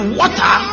water